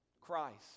Christ